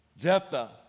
Jephthah